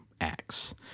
acts